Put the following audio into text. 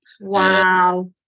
Wow